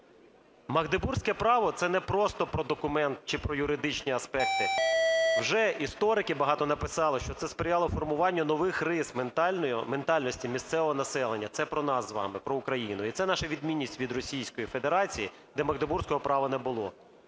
магдебурзьке право – це не просто про документ чи про юридичні аспекти, вже історики багато написали, що це сприяло формуванню нових рис ментальності місцевого населення. Це про нас з вами, про Україну, і це наша відмінність від Російської Федерації, де магдебурзького права не було.